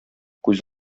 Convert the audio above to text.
күз